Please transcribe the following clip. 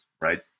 right